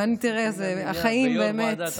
תראה איזה, החיים באמת.